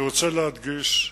אני רוצה להדגיש,